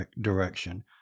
direction